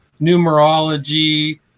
numerology